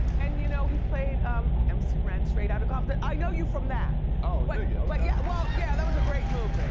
and you know he played um mc ren, straight outta compton. i know you from that. oh do you, okay. yeah like yeah well yeah that was a great movie.